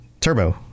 Turbo